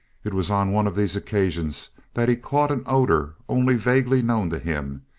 it was on one of these occasions that he caught an odor only vaguely known to him,